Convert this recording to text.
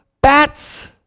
bats